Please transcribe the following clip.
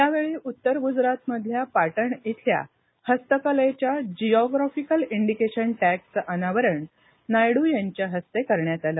यावेळी उत्तर गुजरातमधल्या पाटण इथल्या प्रसिद्ध हस्तकलेच्या जिऑग्राफिकल इंडिकेशन टॅगचं अनावरण नायडू यांच्या हस्ते करण्यात आलं